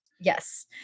yes